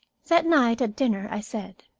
that night, at dinner, i said,